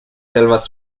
selvas